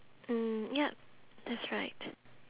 mm yup that's right